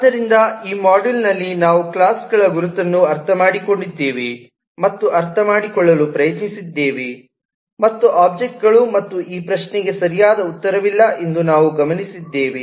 ಆದ್ದರಿಂದ ಈ ಮಾಡ್ಯೂಲ್ನಲ್ಲಿ ನಾವು ಕ್ಲಾಸ್ ಗಳ ಗುರುತನ್ನು ಅರ್ಥಮಾಡಿಕೊಂಡಿದ್ದೇವೆ ಮತ್ತು ಅರ್ಥಮಾಡಿಕೊಳ್ಳಲು ಪ್ರಯತ್ನಿಸಿದ್ದೇವೆ ಮತ್ತು ಒಬ್ಜೆಕ್ಟ್ಗಳು ಮತ್ತು ಈ ಪ್ರಶ್ನೆಗೆ ಸರಿಯಾದ ಉತ್ತರವಿಲ್ಲ ಎಂದು ನಾವು ಗಮನಿಸಿದ್ದೇವೆ